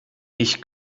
ich